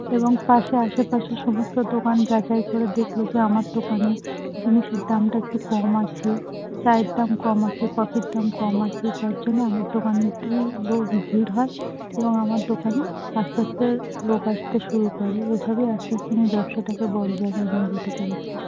এবং পাশে আশেপাশে সমস্ত দোকান যাচাই করে দেখল যে আমার দোকানে জিনিসের দামটা একটু কম আছে চায়ের দাম কম আছে কফির দাম কম আছে যার জন্য আমার দোকানে একটু লোক ভিড় হয় এবং আমার দোকানে আস্তে আস্তে লোক আসতে শুরু করে এভাবে আস্তে আস্তে আমি ব্যবসাটাকে বড়ো জায়গায় নিয়ে যেতে পেরেছি